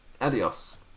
Adios